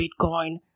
Bitcoin